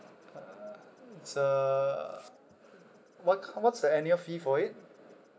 uh it's uh what what's the annual fee for it